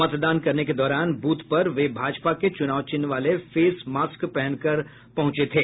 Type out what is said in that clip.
मतदान करने के दौरान ब्रथ पर वे भाजपा के चुनाव चिन्ह वाले फेस मास्क पहनकर पहुंचे थे